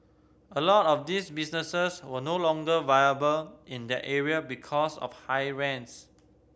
a lot of these businesses were no longer viable in that area because of high rents